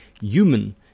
human